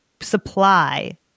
supply